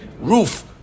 roof